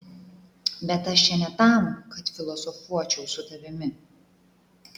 bet aš čia ne tam kad filosofuočiau su tavimi